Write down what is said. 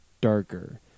darker